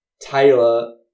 Taylor